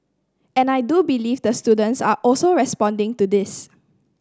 and I do believe the students are also responding to this